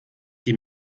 die